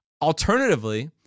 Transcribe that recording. Alternatively